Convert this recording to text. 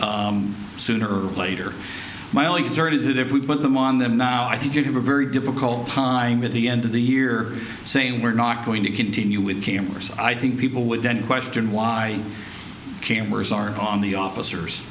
officers sooner or later my only concern is that if we put them on them now i think you'd have a very difficult time at the end of the year saying we're not going to continue with cameras i think people would then question why cameras are on the officers